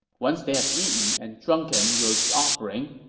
once they have eaten and drunken your offering,